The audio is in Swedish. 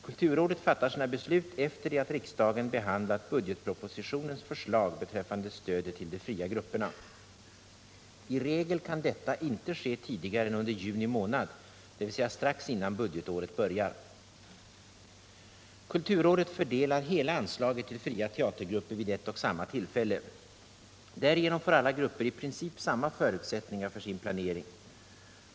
Kulturrådet fattar sina beslut efter det att riksdagen behandlat budgetpropositionens förslag beträffande stödet till de fria grupperna. I regel kan detta inte ske tidigare än under juni månad, dvs. strax innan budgetåret börjar. Kulturrådet fördelar hela anslaget till fria teatergrupper vid ett och samma tillfälle. Därigenom får alla grupper i princip samma förutsättningar för sin planering.